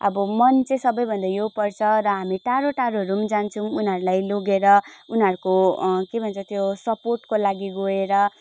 अब मन चाहिँ सबैभन्दा यो पर्छ र हामी टाढो टाढोहरू पनि जान्छौँ उनीहरूलाई लगेर उनीहरूको के भन्छ त्यो सपोर्टको लागि गएर